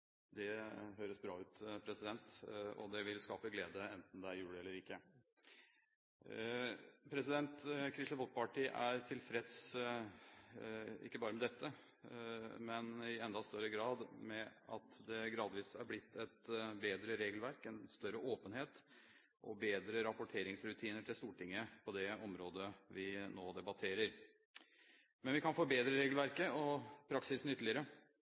Kristelig Folkeparti er tilfreds ikke bare med dette, men i enda større grad med at det gradvis er blitt et bedre regelverk, en større åpenhet og bedre rapporteringsrutiner til Stortinget på det området vi nå debatterer. Men vi kan forbedre regelverket og praksisen ytterligere,